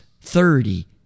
thirty